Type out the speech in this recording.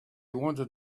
wanted